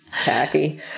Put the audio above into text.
tacky